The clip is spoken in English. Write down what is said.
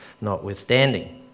notwithstanding